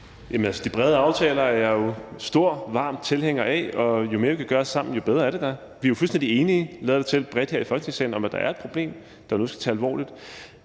De brede aftaler er jeg jo stor, varm tilhænger af, og jo mere vi kan gøre sammen, jo bedre er det da. Vi er jo fuldstændig enige, lader det til, bredt her i Folketingssalen om, at der er et problem, vi er nødt til at tage alvorligt.